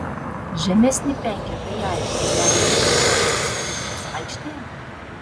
žemesnį penketą į aikštę leidote reaguodamas į įvykius aikštėje